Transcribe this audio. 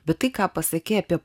bet tai ką pasakei apie